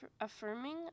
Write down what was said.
affirming